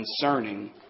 concerning